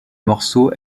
morceau